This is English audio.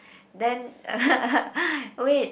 then wait